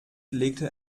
legte